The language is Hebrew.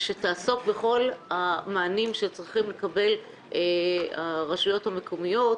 שתעסוק בכל המענים שצריכים לקבל הרשויות המקומיות